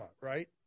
right